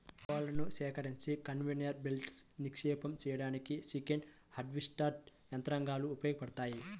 కోళ్లను సేకరించి కన్వేయర్ బెల్ట్పై నిక్షిప్తం చేయడానికి చికెన్ హార్వెస్టర్ యంత్రాలు ఉపయోగపడతాయి